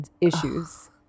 issues